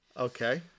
Okay